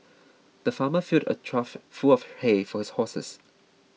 the farmer filled a trough full of hay for his horses